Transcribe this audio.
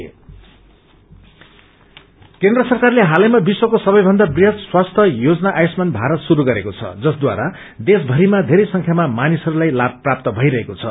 health scheme केन्द्र सरकारले हालैमा विश्वको सबैभन्दा वृहत स्वास्थ्य योजना आष्युमान भारत श्रुरू गरेको छ जसद्वारा देशभरिमा बेरै संख्याम मानिसहरूलाई लाम प्राप्त भइरहेको छ